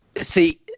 See